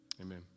amen